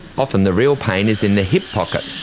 often the real pain is in the hip pocket.